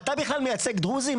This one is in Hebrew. אתה בכלל מייצג דרוזים?